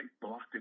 blocked